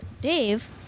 Dave